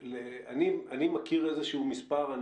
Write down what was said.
אני מכיר איזשהו מספר,